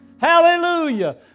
hallelujah